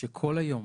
שכל היום,